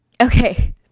okay